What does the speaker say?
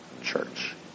church